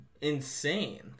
insane